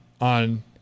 on